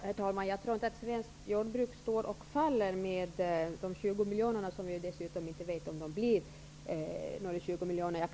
Herr talman! Jag tror inte att svenskt jordbruk står och faller med de 20 miljoner kronorna. Vi vet dessutom inte om det blir 20 miljoner kronor.